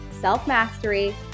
self-mastery